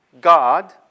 God